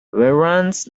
warrants